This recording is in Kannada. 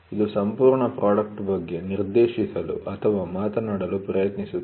ಇದು ಸಂಪೂರ್ಣ ಪ್ರಾಡಕ್ಟ್ ಬಗ್ಗೆ ನಿರ್ದೇಶಿಸಲು ಅಥವಾ ಮಾತನಾಡಲು ಪ್ರಯತ್ನಿಸುತ್ತದೆ